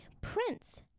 prince